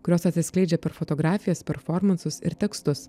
kurios atsiskleidžia per fotografijas performansus ir tekstus